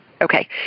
okay